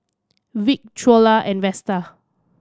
Vic Trula and Vesta